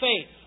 faith